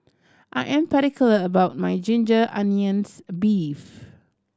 I am particular about my ginger onions beef